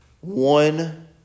One